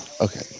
okay